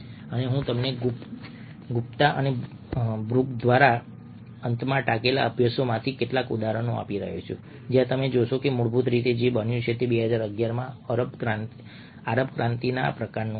અને હું તમને ગુપ્તા અને બ્રુક દ્વારા અંતમાં ટાંકેલા અભ્યાસોમાંથી કેટલાક ઉદાહરણો આપી રહ્યો છું જ્યાં તમે જોશો કે મૂળભૂત રીતે જે બન્યું તે 2011 માં આરબ ક્રાંતિના પ્રકારનું હતું